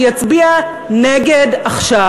שיצביע נגד עכשיו.